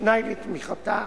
כתנאי לתמיכתה,